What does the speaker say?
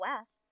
west